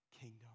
kingdom